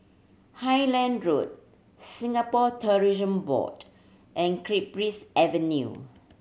Highland Road Singapore Tourism Board and Cypress Avenue